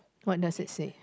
what does it say